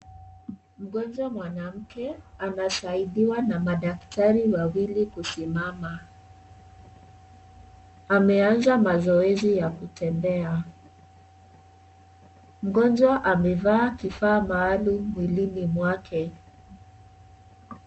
Mgonjwa mwanamke anasaidiwa na madaktari wawili kusimama, ameanza mazoezi ya kutembea, mgonjwa amevaa kifaa maalum mwilini mwake.